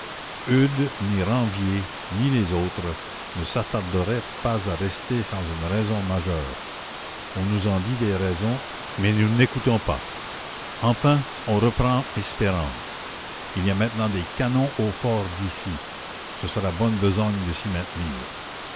eudes ni ranvier ni les autres ne s'attarderaient pas à rester sans une raison majeure on nous en dit des raisons mais nous n'écoutons pas enfin on reprend espérance il y a maintenant des canons au fort d'issy ce sera bonne besogne de s'y maintenir